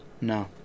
No